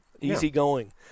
easygoing